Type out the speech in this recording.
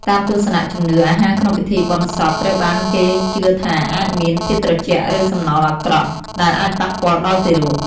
តាមទស្សនៈជំនឿ អាហារក្នុងពិធីបុណ្យសពត្រូវបានគេជឿថាអាចមាន "ធាតុត្រជាក់" ឬ "សំណល់អាក្រក់" ដែលអាចប៉ះពាល់ដល់ទារក។